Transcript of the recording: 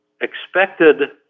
expected